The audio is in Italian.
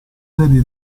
serie